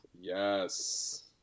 Yes